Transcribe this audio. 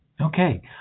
Okay